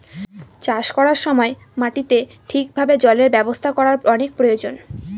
চাষ করার সময় মাটিতে ঠিক ভাবে জলের ব্যবস্থা করার অনেক প্রয়োজন